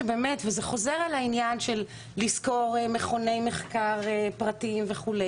וזה חוזר על העניין של לשכור מכוני מחקר פרטיים וכו',